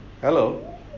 Hello